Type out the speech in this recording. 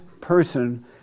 person